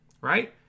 right